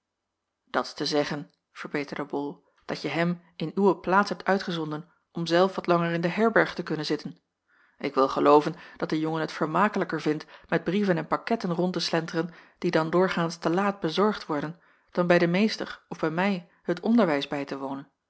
dat is te zeggen verbeterde bol dat je hem in uwe plaats hebt uitgezonden om zelf wat langer in de herberg te kunnen zitten ik wil gelooven dat de jongen het vermakelijker vindt met brieven en paketten rond te slenteren die dan doorgaans te laat bezorgd worden dan bij den meester of bij mij het onderwijs bij te wonen